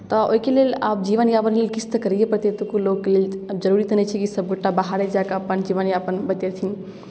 तऽ ओहिके लेल आब जीवनयापनके लेल किछु तऽ करैए पड़तै एतुक्को लोकके लेल आब जरूरी तऽ नहि छै कि सभगोटा बाहरे जा कऽ अपन जीवनयापन बितेथिन